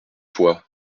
fois